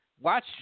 Watch